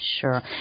Sure